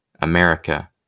America